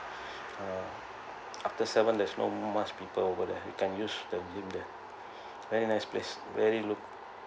uh after seven there's no much people over there you can use the gym there very nice place very look